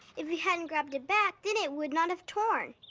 if you hadn't grabbed it back then it would not have torn.